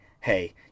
hey